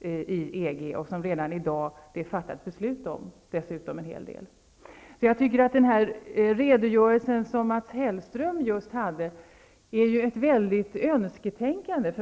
EG, och som man redan i dag har fattat beslut om. Jag tycker att den redogörelse som Mats Hellström just gav är ett väldigt önsketänkande.